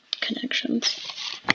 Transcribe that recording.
Connections